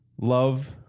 Love